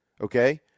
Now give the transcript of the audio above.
Okay